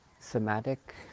somatic